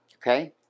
Okay